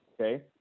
Okay